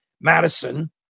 Madison